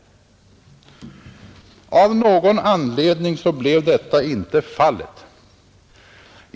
Av någon anledning blev detta inte fallet.